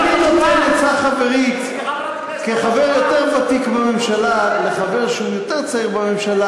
אני נותן עצה חברית כחבר יותר ותיק בממשלה לחבר שהוא יותר צעיר בממשלה.